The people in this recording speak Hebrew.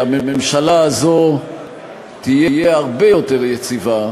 שהממשלה הזו תהיה הרבה יותר יציבה,